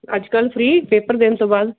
ਅੱਜ ਕੱਲ੍ਹ free paper ਦੇਣ ਤੋਂ ਬਾਅਦ